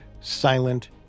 silent